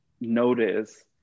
notice